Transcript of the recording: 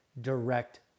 direct